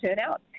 turnout